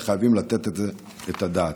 וחייבים לתת על זה את הדעת.